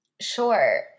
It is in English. Sure